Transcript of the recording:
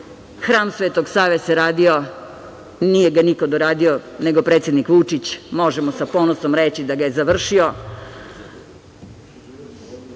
hram Svetog Save se radio, nije ga niko doradio nego predsednik Vučić. Možemo sa ponosom reći da ga je završio.